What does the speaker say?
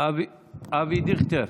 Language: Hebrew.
אבי דיכטר,